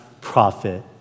prophet